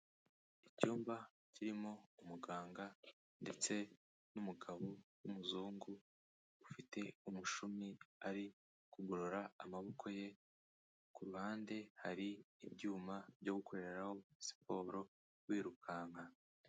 Icyumba kirimo umuganga ndetse n'umugabo w'umuzungu, ufite umushumi ari kugorora amaboko ye, ku ruhande hari ibyuma byo gukoreraho siporo wirukanka.